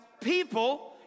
people